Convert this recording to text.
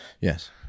Yes